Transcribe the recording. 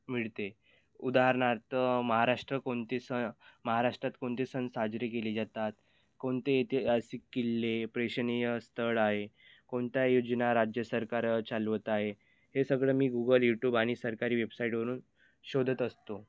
मिळते उदाहरणार्थ महाराष्ट्र कोणते सण महाराष्ट्रात कोणते सण साजरे केले जातात कोणते ऐतिहासिक किल्ले प्रेक्षनीय स्थळ आहे कोणत्या योजना राज्य सरकार चालवत आहे हे सगळं मी गुगल यूट्यूब आणि सरकारी वेबसाईटवरून शोधत असतो